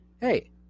hey